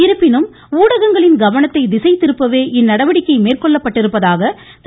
இருப்பினும் ஊடகங்களின் கவனத்தை திசை திருப்பவே இந்நடவடிக்கை மேற்கொள்ளப்பட்டிருப்பதாக திரு